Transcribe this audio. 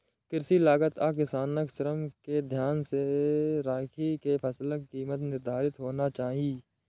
कृषि लागत आ किसानक श्रम कें ध्यान मे राखि के फसलक कीमत निर्धारित होना चाही